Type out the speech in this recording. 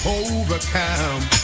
overcome